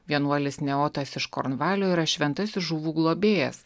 vienuolis neotas iš kornvalio yra šventasis žuvų globėjas